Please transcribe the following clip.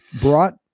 brought